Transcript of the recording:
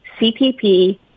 CPP